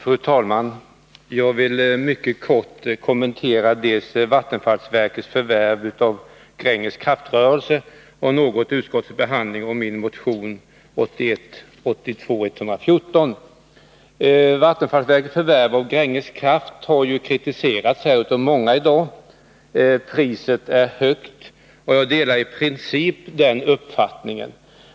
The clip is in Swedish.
Fru talman! Jag vill mycket kort kommentera dels Vattenfalls förvärv av Gränges kraftrörelse, dels utskottets behandling av min motion 1981/ 82:114. Vattenfalls förvärv av Gränges kraftrörelse har kritiserats av många i dag. Jag delar i princip uppfattningen att priset är högt.